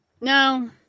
no